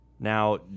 Now